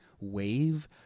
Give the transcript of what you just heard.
wave